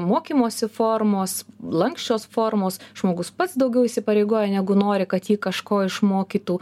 mokymosi formos lanksčios formos žmogus pats daugiau įsipareigoja negu nori kad ji kažko išmokytų